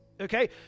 Okay